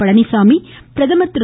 பழனிச்சாமி பிரதம் திரு